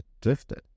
drifted